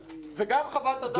גם חוות הדעת הזאת,